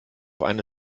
eine